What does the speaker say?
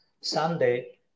Sunday